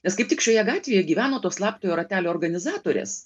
nes kaip tik šioje gatvėje gyveno to slaptojo ratelio organizatorės